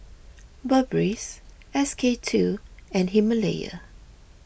Burberries S K two and Himalaya